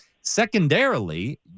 Secondarily